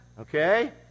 Okay